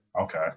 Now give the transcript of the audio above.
okay